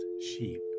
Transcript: sheep